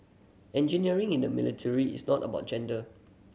engineering in the military is not about gender